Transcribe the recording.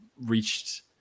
reached